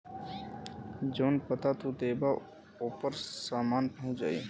जौन पता तू देबा ओपर सामान पहुंच जाई